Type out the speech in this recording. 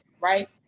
right